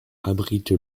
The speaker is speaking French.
abrite